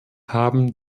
haben